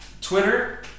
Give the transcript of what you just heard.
Twitter